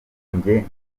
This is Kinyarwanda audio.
njye